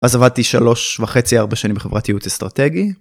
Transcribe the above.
אז עבדתי שלוש וחצי ארבע שנים בחברת ייעוץ אסטרטגי.